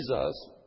Jesus